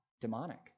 demonic